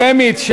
שמית.